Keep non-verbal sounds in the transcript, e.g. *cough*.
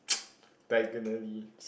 *noise* diagonally